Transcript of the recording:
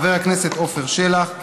חבר הכנסת עפר שלח,